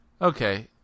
Okay